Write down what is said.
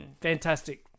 fantastic